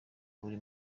buri